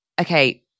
okay